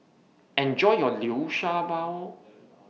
Enjoy your Liu Sha Bao